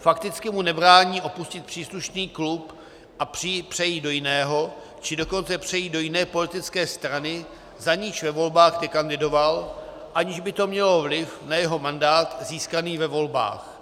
Fakticky mu nebrání opustit příslušný klub a přejít do jiného, či dokonce přejít do jiné politické strany, za niž ve volbách nekandidoval, aniž by to mělo vliv na jeho mandát získaný ve volbách.